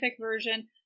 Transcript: version